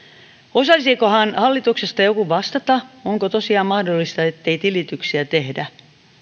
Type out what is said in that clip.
osaisikohan hallituksesta joku vastata onko tosiaan mahdollista ettei tilityksiä tehdä